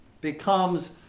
becomes